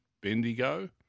Bendigo